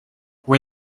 where